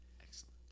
Excellent